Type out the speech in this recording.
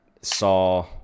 saw